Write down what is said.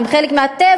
הן חלק מהטבע,